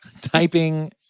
Typing